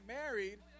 married